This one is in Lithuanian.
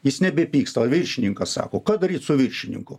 jis nebepyksta viršininkas sako ką daryt su viršininku